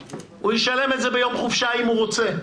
הוא ישלם את זה ביום חופשה אם הוא רוצה,